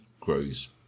grows